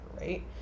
right